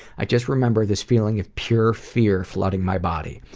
i just remember this feeling of pure fear flooding my body.